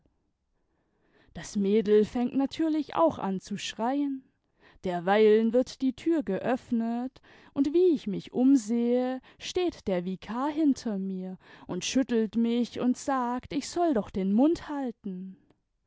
das mädel fängt natürlich auch an zu schreien derweilen wird die tür geöffnet und wie ich mich umsehe steht der vikar hinter mir und schüttelt mich und sagt ich soll doch den mund halten